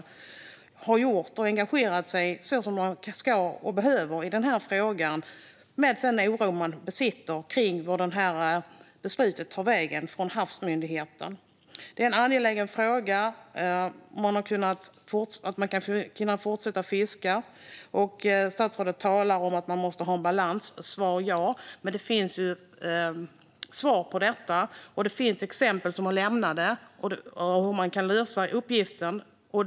De har engagerat sig som man ska - och behöver - i den här frågan, utifrån den oro de besitter kring vart beslutet från Havsmyndigheten tar vägen. Det är en angelägen fråga att man ska kunna fortsätta fiska. Statsrådet talar om att det måste finnas en balans - ja, men det finns svar på detta och exempel som är lämnade på hur uppgiften kan lösas.